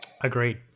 Agreed